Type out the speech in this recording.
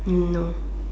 no